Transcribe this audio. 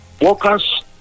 Workers